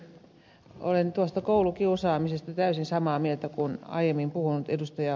olen tuosta koulukiusaamisesta täysin samaa mieltä kuin edellä puhunut ed